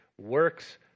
works